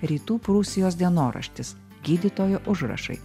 rytų prūsijos dienoraštis gydytojo užrašai